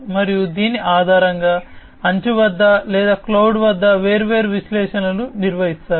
మరియు దీని ఆధారంగా అంచు వద్ద లేదా క్లౌడ్ వద్ద వేర్వేరు విశ్లేషణలు నిర్వహిస్తారు